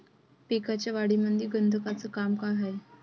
पिकाच्या वाढीमंदी गंधकाचं का काम हाये?